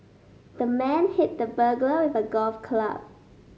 the man hit the burglar with a golf club